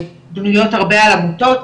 בנויות הרבה על עמותות,